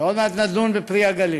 ועוד מעט נדון ב"פרי הגליל".